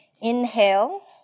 Inhale